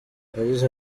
yagize